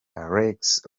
alexis